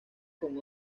con